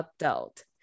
adult